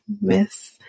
miss